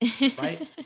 right